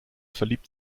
verliebt